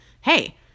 hey